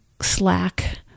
slack